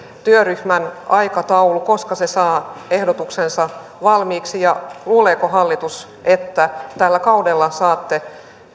työryhmän aikataulu koska se saa ehdotuksensa valmiiksi ja luuleeko hallitus että tällä kaudella saatte